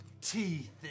teeth